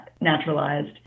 naturalized